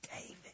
David